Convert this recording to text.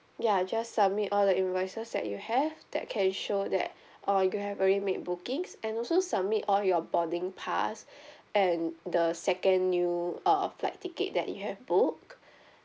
ya just submit all the invoices that you have that can show that uh you have already make bookings and also submit all your boarding pass and the second new uh flight ticket that you have book